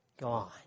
gone